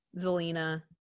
Zelina